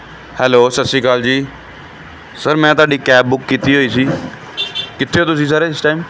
hello ਸਤਿ ਸ਼੍ਰੀ ਅਕਾਲ ਜੀ ਸਰ ਮੈਂ ਤੁਹਾਡੀ ਕੈਬ ਬੁੱਕ ਕੀਤੀ ਹੋਈ ਸੀ ਕਿੱਥੇ ਹੋ ਤੁਸੀਂ ਸਰ ਇਸ ਟਾਈਮ